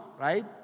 right